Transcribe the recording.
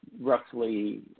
roughly